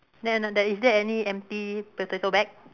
then ano~ there is there any empty potato bag